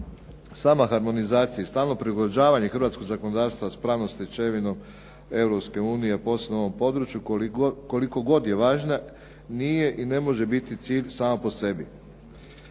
Sama harmonizacija i stalno prilagođavanje hrvatskog zakonodavstva s pravnom stečevinom Europske unije a posebno u ovom području koliko god je važna nije i ne može biti cilj sama po sebi.